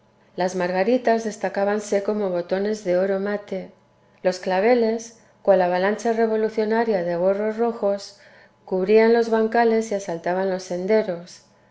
las margaritas destacábanse como botones de oro mate los claveles cual avalancha revolucionaria de gorros rojos cubrían los bancales y asaltaban los senderos